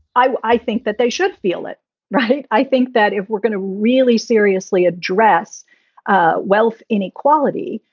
i i think that they should feel it right. i think that if we're going to really seriously address ah wealth inequality,